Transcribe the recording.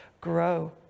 grow